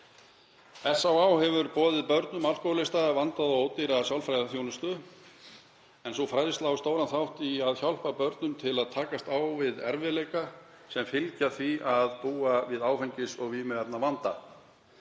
SÁÁ hefur boðið börnum alkóhólista vandaða og ódýra sálfræðiþjónustu en sú fræðsla á stóran þátt í að hjálpa börnum að takast á við erfiðleika sem fylgja því að búa við áfengis- og vímuefnavanda.